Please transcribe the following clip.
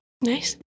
nice